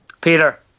Peter